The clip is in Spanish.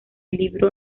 libro